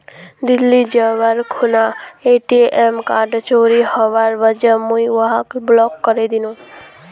दिल्ली जबार खूना ATM card चोरी हबार वजह मुई वहाक ब्लॉक करे दिनु